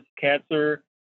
cancer